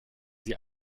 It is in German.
sie